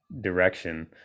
direction